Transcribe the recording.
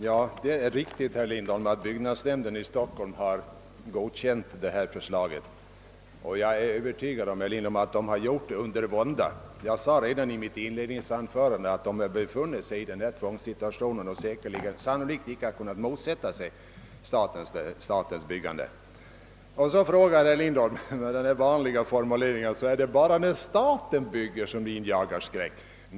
Herr talman! Ja, herr Lindholm, det är riktigt att byggnadsnämnden i Stockholm har godkänt det här förslaget. Jag är övertygad om att nämnden har gjort det med vånda. Redan i mitt inledningsanförande förklarade jag, att nämnden har befunnit sig i något av en tvångssituation och sannolikt icke har kunnat motsätta sig detta statliga byggande. Herr Lindholm ställde så en fråga med det där vanliga fomuleringssättet: Är det bara när staten bygger som man injagar skräck?